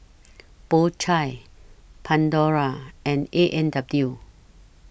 Po Chai Pandora and A and W